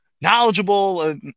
knowledgeable